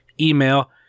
Email